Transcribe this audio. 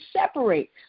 separate